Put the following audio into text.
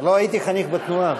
אבל לא הייתי חניך בתנועה.